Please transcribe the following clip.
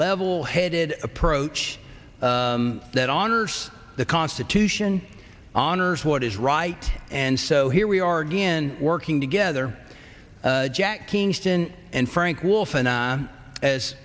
level headed approach that honors the constitution honors what is right and so here we are again working together jack kingston and frank wolf and